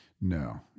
No